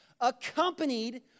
Accompanied